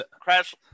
crash